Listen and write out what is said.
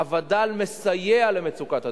הווד"ל מסייע במצוקת הדיור.